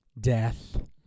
death